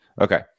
Okay